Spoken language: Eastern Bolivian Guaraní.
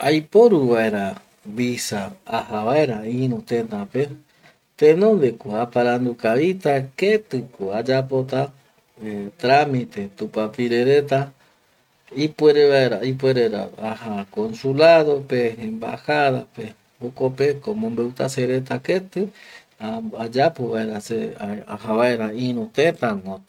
Aiporu vaera bisa aja vaera iru teta pe, tenonde ko aparandu kavita keti ko ayapota eh tramite tupapire reta ipuere vaera, ipuere ra aja consulado pe, embajada pe, jokope ko omombeuta se reta keti ayapo vaera se aja vaera iru teta koti